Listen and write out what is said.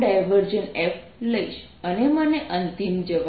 f લઈશ અને મને અંતિમ જવાબ